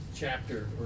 chapter